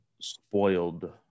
spoiled